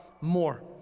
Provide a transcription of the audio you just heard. more